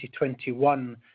2021